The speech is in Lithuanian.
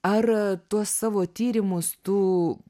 ar tuos savo tyrimus tu